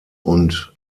und